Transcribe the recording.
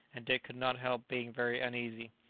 and dick could not help being very uneasy.